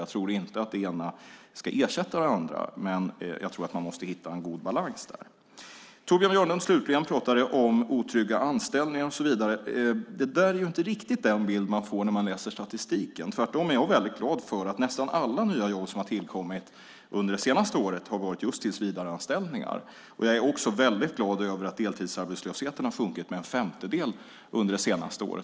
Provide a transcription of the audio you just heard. Jag tror inte att det ena ska ersätta det andra, men jag tror att man måste hitta en god balans där. Torbjörn Björlund pratade slutligen om otrygga anställningar och så vidare. Det är inte riktigt den bild man får när man läser statistiken. Tvärtom är jag väldigt glad över att nästan alla nya jobb som har tillkommit under det senaste året har varit just tillsvidareanställningar. Jag är också väldigt glad över att deltidsarbetslösheten har sjunkit med en femtedel under det senaste året.